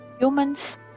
Humans